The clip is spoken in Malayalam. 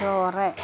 ചോറ്